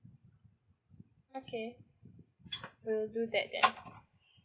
okay will do that then